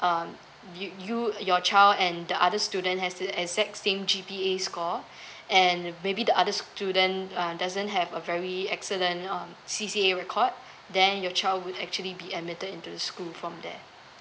um you your child and the other student has it exact same G_P_A score and maybe the other student um doesn't have a very excellent um C_C_A record then your child would actually be admitted into the school from there